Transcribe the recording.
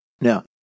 Now